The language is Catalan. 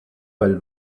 pel